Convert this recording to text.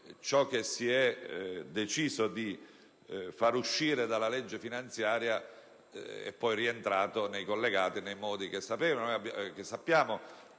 ciò che si è deciso di non includere nella legge finanziaria è poi rientrato nei collegati nei modi che sappiamo.